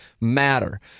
matter